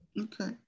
okay